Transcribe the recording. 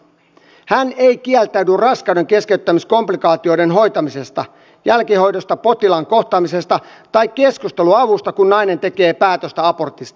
hän ei kieltäydy raskaudenkeskeyttämiskomplikaatioiden hoitamisesta jälkihoidosta potilaan kohtaamisesta tai keskusteluavusta kun nainen tekee päätöstä abortista